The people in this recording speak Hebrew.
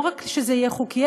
לא רק שזה יהיה חוקי,